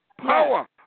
power